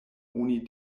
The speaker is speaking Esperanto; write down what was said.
oni